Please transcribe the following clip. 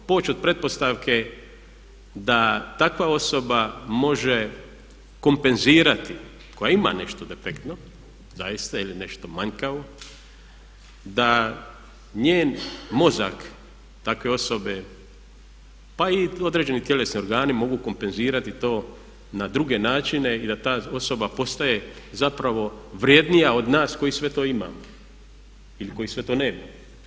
Jel možemo poći od pretpostavke da takva osoba može kompenzirati koja ima nešto defektno zaista ili nešto manjkavo, da njen mozak takve osobe pa i određeni tjelesni organi mogu kompenzirati to na druge načine i da ta osoba postaje zapravo vrjednija od nas koji sve to imamo ili koji sve to nemamo.